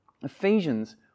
ephesians